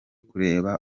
kureba